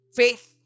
faith